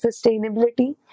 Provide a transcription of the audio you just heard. sustainability